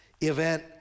event